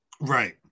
right